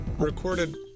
Recorded